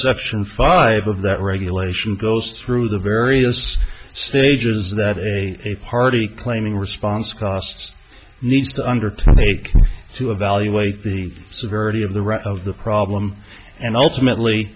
section five of that regulation goes through the various stages that a party claiming response costs needs to undertake to evaluate the severity of the rest of the problem and ultimately